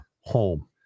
home